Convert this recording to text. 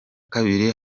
kabiri